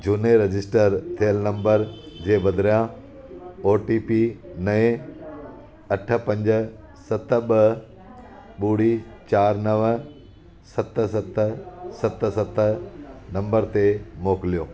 झूने रजिस्टर थियल नंबर जे बदिरां ओ टी पी नए अठ पंज सत ॿ ॿुड़ी चारि नव सत सत सत सत नंबर ते मोकलियो